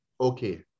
Okay